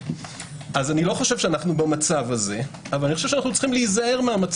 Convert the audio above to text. אז אני לא חושב שאנו שם אבל יש להיזהר מזה